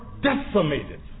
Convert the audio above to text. decimated